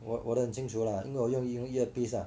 我我的很清楚啦因为我用用 earpiece mah